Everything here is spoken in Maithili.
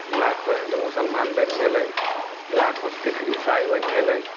लाखो हिन्दू मुसलमान बनि गेलै लाखो सिख ईसाइ बनि गेलै